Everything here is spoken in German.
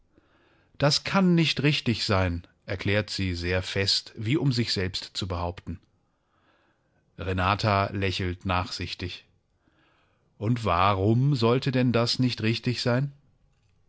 das kann nicht richtig sein erklärt sie sehr fest wie um sich selbst zu behaupten renata lächelt nachsichtig und warum sollte denn das nicht richtig sein